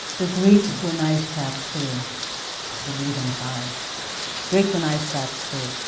the greeks were nice chaps, too the losing side the greeks were nice chaps, too.